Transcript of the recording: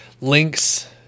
links